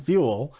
Fuel